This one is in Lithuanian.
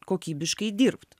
kokybiškai dirbt